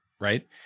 right